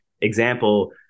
example